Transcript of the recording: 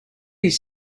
his